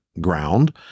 ground